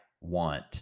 want